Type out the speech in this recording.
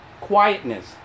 quietness